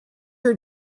her